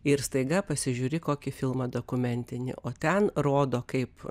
ir staiga pasižiūri kokį filmą dokumentinį o ten rodo kaip